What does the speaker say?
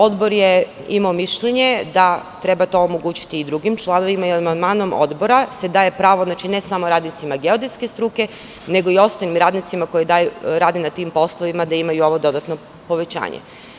Odbor je imao mišljenje da treba to omogućiti i drugim članovima i amandmanom Odbora se daje pravo, ne samo radnicima geodetske struke, nego i ostalim radnicima koji rade na tim poslovima, gde ima i ovo dodatno povećanje.